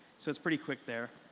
so it's pretty quick there.